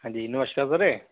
ਹਾਂਜੀ ਨਮਸਕਾਰ ਸਰ